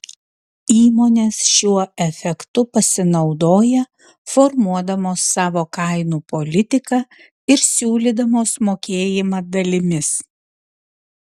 įmonės šiuo efektu pasinaudoja formuodamos savo kainų politiką ir siūlydamos mokėjimą dalimis